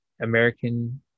American